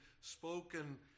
spoken